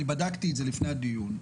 בדקתי את זה לפני הדיון.